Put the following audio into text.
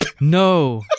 No